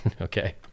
Okay